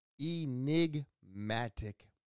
enigmatic